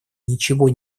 ничего